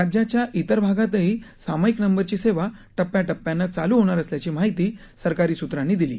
राज्याच्या इतर भागातही सामायिक नंबरची सेवा स्थ्या स्थ्यानं चालू होणार असल्याची माहिती सरकारी सूत्रांनी दिली